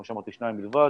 כמו שאמרתי שניים בלבד